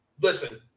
listen